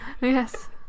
Yes